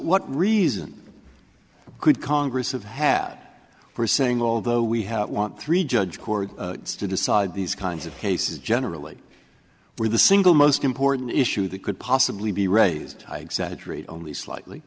what reason could congress have had for saying although we have won three judge court to decide these kinds of cases generally where the single most important issue that could possibly be raised i exaggerate only slightly